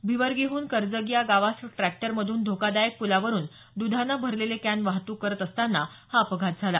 भिवर्गीहन करजगी या गावास ट्रॅक्टरमधून धोकादायक पूलावरुन दधाने भरलेले कॅन वाहतूक करीत असताना हा अपघात झाला